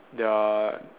their